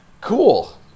Cool